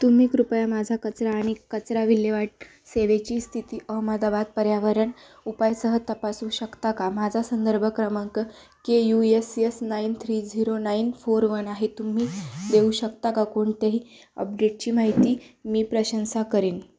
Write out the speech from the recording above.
तुम्ही कृपया माझा कचरा आणि कचरा विल्हेवाट सेवेची स्थिती अहमदाबाद पर्यावरण उपायासह तपासू शकता का माझा संदर्भ क्रमांक K U S S nine three zero nine four one आहे तुम्ही देऊ शकता का कोणतेही अपडेटची माहिती मी प्रशंसा करेन